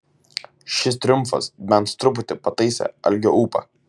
šis triumfas bent truputį pataisė algio ūpą